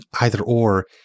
either-or